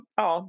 ja